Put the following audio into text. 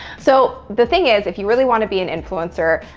so, the thing is if you really want to be an influencer,